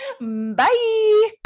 Bye